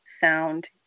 sound